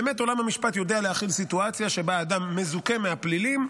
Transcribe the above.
עולם המשפט יודע להכיל סיטואציה שבה אדם מזוכה מהפלילים,